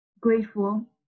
grateful